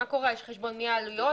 על חשבון מי העלויות?